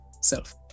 self